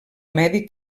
medi